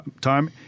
time